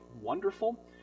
wonderful